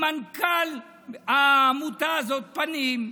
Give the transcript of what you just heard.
עם מנכ"ל עמותת פנים הזו,